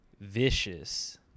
vicious